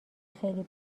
خیلی